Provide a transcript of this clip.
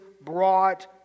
brought